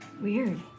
weird